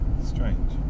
Strange